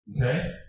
Okay